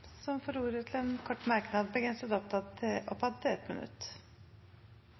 får ordet til en kort merknad, begrenset til 1 minutt. Til